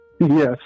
Yes